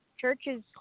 churches